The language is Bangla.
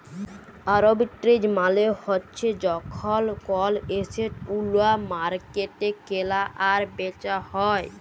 আরবিট্রেজ মালে হ্যচ্যে যখল কল এসেট ওল্য মার্কেটে কেলা আর বেচা হ্যয়ে